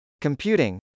computing